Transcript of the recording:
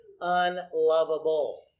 unlovable